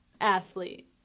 athlete